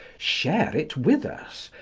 share it with us.